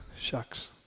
shucks